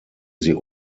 sie